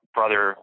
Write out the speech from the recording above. Brother